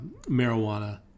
marijuana